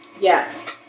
Yes